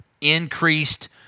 increased